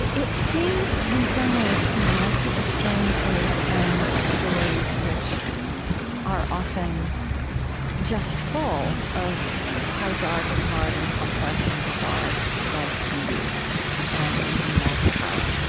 it it seems in some ways to me like such a strange way to end stories which are often just full of how dark and hard and complex and bizarre life can be and even magnified.